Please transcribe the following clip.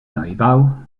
neubau